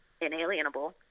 inalienable